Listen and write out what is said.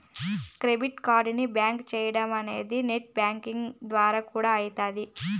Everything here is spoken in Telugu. డెబిట్ కార్డుని బ్లాకు చేయడమనేది నెట్ బ్యాంకింగ్ ద్వారా కూడా అయితాది